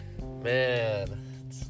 Man